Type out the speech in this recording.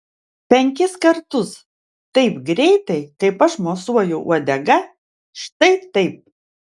penkis kartus taip greitai kaip aš mosuoju uodega štai taip